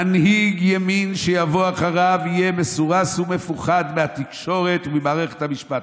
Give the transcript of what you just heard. מנהיג ימין שיבוא אחריו יהיה מסורס ומפוחד מהתקשורת וממערכת המשפט.